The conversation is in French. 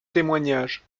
témoignages